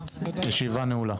הישיבה נעולה.